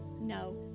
No